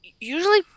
usually